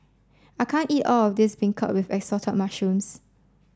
I can't eat all of this beancurd with assorted mushrooms